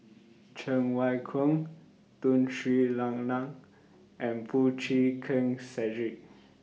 Cheng Wai Keung Tun Sri Lanang and Foo Chee Keng Cedric